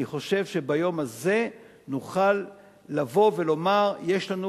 אני חושב שביום הזה נוכל לבוא ולומר: יש לנו